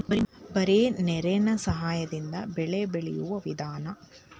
ಬರೇ ನೇರೇನ ಸಹಾದಿಂದ ಬೆಳೆ ಬೆಳಿಯು ವಿಧಾನಾ